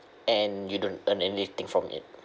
and you don't earn anything from it